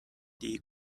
die